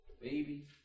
baby